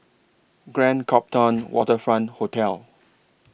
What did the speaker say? Grand Copthorne Waterfront Hotel